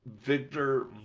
Victor